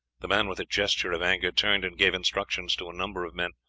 the man with a gesture of anger turned and gave instructions to a number of men,